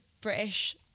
British